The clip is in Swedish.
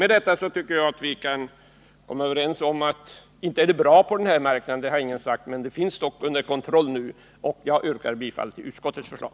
Med detta tycker jag att vi kan komma överens om att det inte är bra på den här marknaden — det har ingen sagt — men det är dock under kontroll nu. Billigare menstrua Jag yrkar bifall till utskottets förslag.